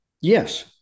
Yes